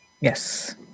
Yes